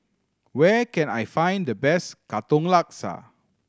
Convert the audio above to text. where can I find the best Katong Laksa